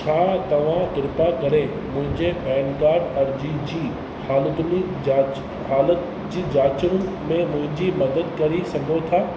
छा तव्हां कृपा करे मुहिंजे पैन कार्ड अर्जी जी हालतुनी जाच हालत जी जाचुनि में मुहिंजी मदद करी सघो था